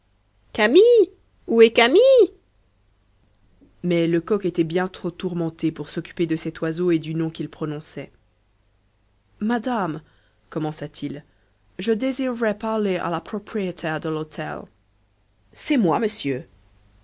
camille où est camille mais lecoq était bien trop tourmenté pour s'occuper de cet oiseau et du nom qu'il prononçait madame commença-t-il je désirerais parler à la propriétaire de l'hôtel c'est moi monsieur